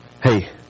hey